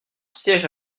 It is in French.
siège